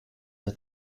der